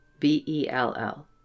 B-E-L-L